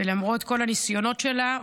ולמרות כל הניסיונות שלה,